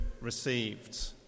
received